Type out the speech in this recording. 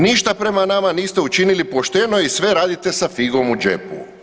Ništa prema nama niste učinili pošteno i sve radite sa figom u džepu.